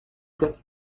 get